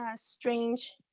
strange